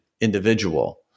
individual